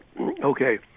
Okay